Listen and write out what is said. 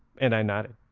and i nodded.